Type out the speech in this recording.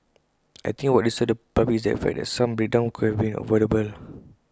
I think what disturbs the public is the fact that some breakdowns could have been avoidable